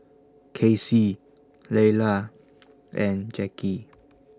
Kacy Leyla and Jackie